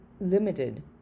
limited